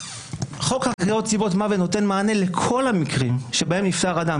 חוק חקירת סיבות מוות נותן מענה לכל המקרים שבהם נפטר אדם.